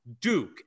Duke